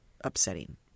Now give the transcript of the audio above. upsetting